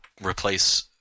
replace